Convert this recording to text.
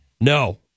No